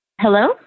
Hello